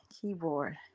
Keyboard